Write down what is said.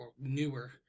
newer